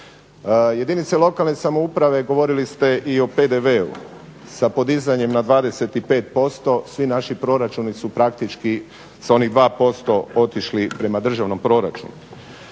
Jedinice lokalne samouprave govorili ste i o PDV-u sa podizanjem na 25%. Svi naši proračuni su praktički sa onih 2% otišli prema državnom proračunu.